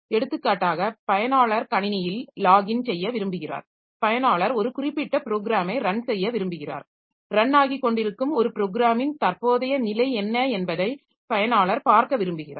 எடுத்துக்காட்டாக பயனாளர் கணினியில் லாக் இன் செய்ய விரும்புகிறார் பயனாளர் ஒரு குறிப்பிட்ட ப்ரோக்ராமை ரன் செய்ய விரும்புகிறார் ரன் ஆகிக்கொண்டிருக்கும் ஒரு ப்ரோக்ராமின் தற்போதைய நிலை என்ன என்பதை பயனாளர் பார்க்க விரும்புகிறார்